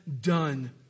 done